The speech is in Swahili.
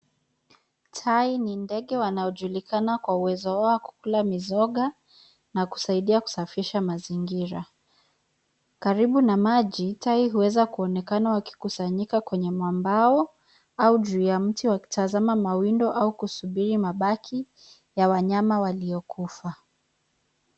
Tai ni ndege wanaojulikana kwa uwezo wao wa kukula mizoga na kusaidia kusafisha mazingira. Karibu na maji tai huweza kuonekana wakikusanyika kwenye mabao au juu ya mti wakitazama mawindo au kusubiri mabaki ya wanyama waliokufa.